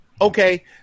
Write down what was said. okay